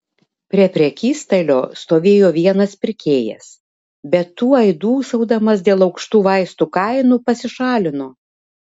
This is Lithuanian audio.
prie prekystalio stovėjo vienas pirkėjas bet tuoj dūsaudamas dėl aukštų vaistų kainų pasišalino